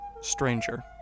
Stranger